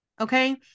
okay